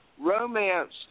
romance